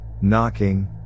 knocking